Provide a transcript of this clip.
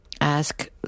ask